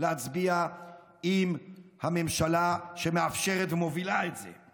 להצביע עם הממשלה שמאפשרת ומובילה את זה,